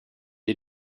est